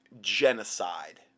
genocide